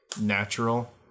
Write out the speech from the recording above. natural